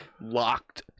locked